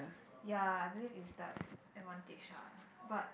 ya I believe is like advantage ah but